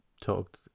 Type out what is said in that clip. talked